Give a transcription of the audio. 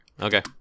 okay